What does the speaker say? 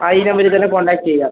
ആ ഈ നമ്പര് തന്നെ കോൺടാക്ററ് ചെയ്യുക